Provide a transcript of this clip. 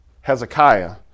Hezekiah